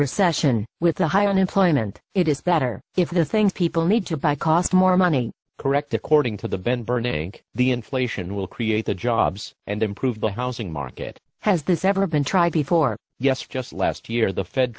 recession with the high unemployment it is better if the things people need to buy cost more money correct according to the ben burning the inflation will create the jobs and improve the housing market has this ever been tried before yes just last year the fed